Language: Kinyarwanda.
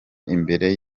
imbere